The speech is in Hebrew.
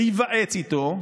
להיוועץ איתו,